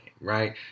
right